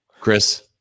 Chris